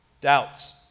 doubts